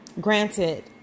granted